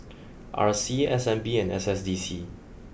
R C S N B and S S D C